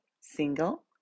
single